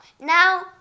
Now